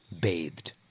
bathed